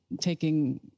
taking